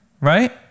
Right